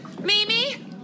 Mimi